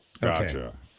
Gotcha